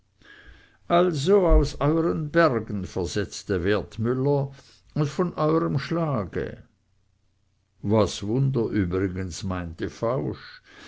also aus euern bergen versetzte wertmüller und von euerm schlage was wunder übrigens meinte fausch